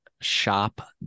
shop